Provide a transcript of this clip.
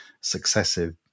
successive